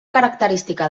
característica